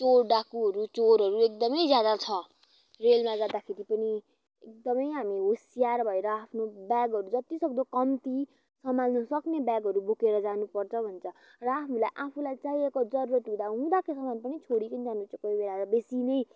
चोर डाकुहरू चोरहरू एकदमै ज्यादा छ रेलमा जाँदाखेरि पनि एकदमै हामी होसियार भएर आफ्नो ब्यागहरू जति सक्दो कम्ती सम्हाल्नु सक्ने ब्यागहरू बोकेर जानुपर्छ भन्छ र हामीलाई आफूलाई चाहिएको जरुरत हुँदा हुदाँको सामान पनि छोडिकन जानुपर्छ कोहीबेला बेसी नै